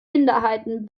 minderheiten